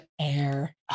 air